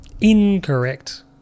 Incorrect